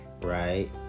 right